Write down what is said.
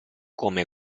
come